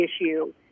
issue